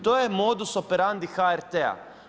To je modus operandi HRT-a.